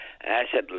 asset